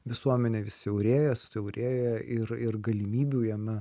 visuomenė vis siaurėja siaurėja ir ir galimybių jame